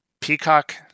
peacock